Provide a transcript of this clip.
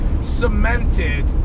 cemented